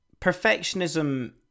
perfectionism